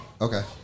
okay